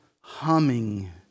humming